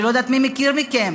אני לא יודעת מי מכם מכיר,